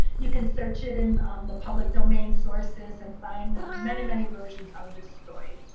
you can search it in um the public domain sources and find many, many versions of this story.